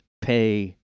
pay